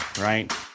right